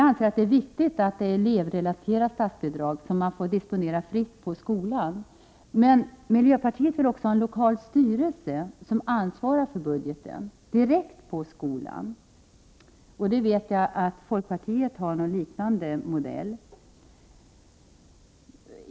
Det är viktigt att ha ett elevrelaterat statsbidrag, som får disponeras fritt på skolan. Men miljöpartiet vill också ha en lokal styrelse, som ansvarar för budgeten direkt på skolan. Jag vet att folkpartiet har en liknande modell.